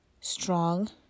strong